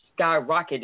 skyrocketed